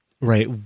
right